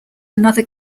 another